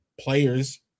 players